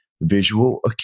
visual